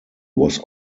was